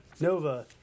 Nova